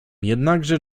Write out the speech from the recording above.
jednakże